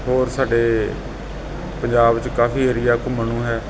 ਹੋਰ ਸਾਡੇ ਪੰਜਾਬ 'ਚ ਕਾਫੀ ਏਰੀਆ ਘੁੰਮਣ ਨੂੰ ਹੈ